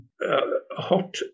hot